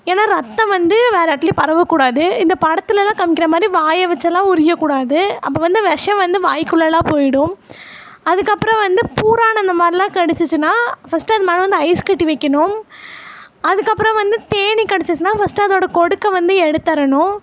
ஏன்னா ரத்தம் வந்து வேற இடத்துலியும் பரவக்கூடாது இந்த படத்துலலாம் காமிக்கிற மாதிரி வாயை வச்சு எல்லாம் உறியக்கூடாது அப்போ வந்து விஷம் வந்து வாயிக்குள்ளெல்லாம் போயிடும் அதுக்கப்பறம் வந்து பூரான் இந்த மாதிரிலாம் கடிச்சிச்சுன்னா ஃபஸ்ட்டு அது மேலே வந்து ஐஸ் கட்டி வைக்கணும் அதுக்கப்பறம் வந்து தேனீ கடிச்சிச்சுன்னா ஃபஸ்ட்டு அதோடு கொடுக்க வந்து எடுத்தரணும்